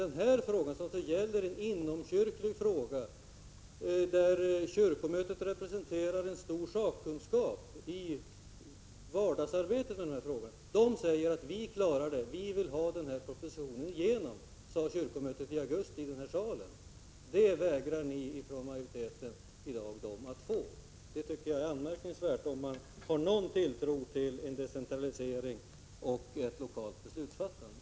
Den här frågan är ett inomkyrkligt ärende, och kyrkomötet representerar en stor sakkunskap vad gäller vardagsarbetet med dessa frågor. Kyrkomötet sade i augusti i denna sal: Vi klarar detta och vill ha igenom propositionens förslag. Det vägrar ni från majoriteten i dag att gå med på. Det är anmärkningsvärt, om man har någon tilltro till värdet av decentralisering och lokalt beslutsfattande.